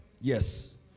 Yes